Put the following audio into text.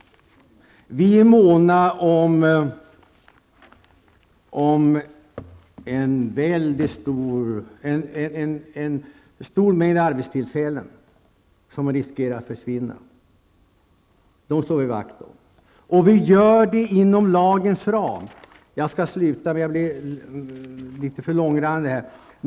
Vi är måna om en stor mängd arbetstillfällen som riskerar att försvinna. Vi slår vakt om dem. Vi gör det inom lagens ram. Jag skall sluta nu. Jag har blivit för långrandig.